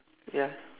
ya